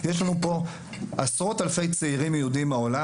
יש לנו פה עשרות אלפי צעירים יהודים מהעולם